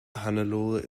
hannelore